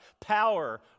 power